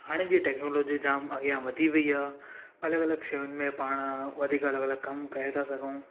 हाणे जी टैक्नोलॉजी जामु अॻियां वधी वई आहे अलॻि अलॻि शयुनि में पाण वधीक अलॻि अलॻि कमु करे था सघूं